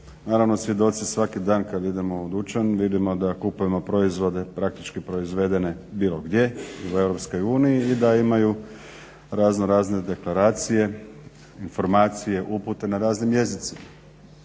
naravno svjedoci svaki dan kad idemo u dućan. Vidimo da kupujemo proizvode praktički proizvedene bilo gdje u EU i da imaju razno razne deklaracije, informacije, upute na raznim jezicima.